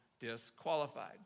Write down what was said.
disqualified